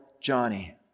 Johnny